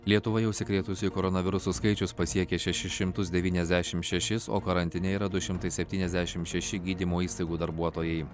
lietuvoje užsikrėtusiųjų koronavirusu skaičius pasiekė šešis šimtus devyniasdešim šešis o karantine yra du šimtai septyniasdešim šeši gydymo įstaigų darbuotojai